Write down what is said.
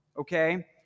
Okay